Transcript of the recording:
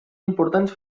importants